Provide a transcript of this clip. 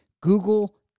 Google